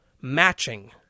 matching